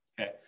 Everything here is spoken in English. Okay